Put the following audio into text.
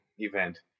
Event